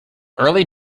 early